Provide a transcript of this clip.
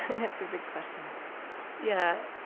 and it's a big question yeah.